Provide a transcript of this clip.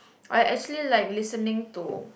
I actually like listening to